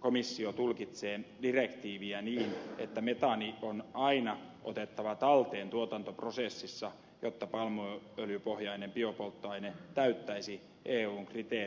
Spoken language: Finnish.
komissio tulkitsee direktiiviä niin että metaani on aina otettava talteen tuotantoprosessissa jotta palmuöljypohjainen biopolttoaine täyttäisi eun kriteerit